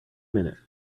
minute